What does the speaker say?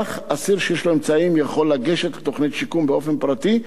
אסיר שיש לו אמצעים יכול לגשת לתוכנית שיקום באופן פרטי.